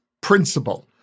principle